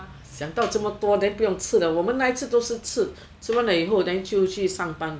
想到这么多 then 不用吃了我们那次都是吃吃完了以后 then 就去上班